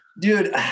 Dude